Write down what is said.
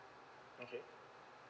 okay